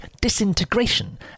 disintegration